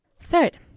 Third